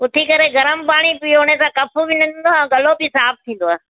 उथी करे गरम पाणी पीओ उन सां कफ़ बि निकिरंदो आहे गलो बि साफ़ु थींदव